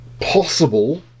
possible